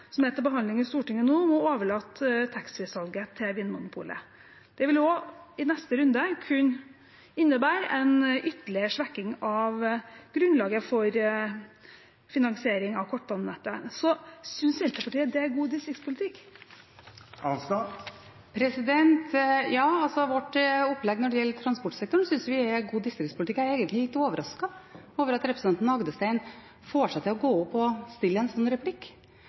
nå er til behandling i Stortinget, om å overlate taxfreesalget til Vinmonopolet. Det vil i neste runde kunne innebære en ytterligere svekking av grunnlaget for finansiering av kortbanenettet. Synes Senterpartiet det er god distriktspolitikk? Vårt opplegg når det gjelder transportsektoren, synes vi er god distriktspolitikk. Jeg er egentlig litt overrasket over at representanten Rodum Agdestein får seg til å gå opp og framføre en slik replikk.